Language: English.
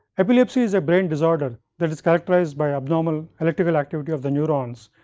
epilepsy is a brain disorder that is characterized by abnormal electrical activity of the neurons,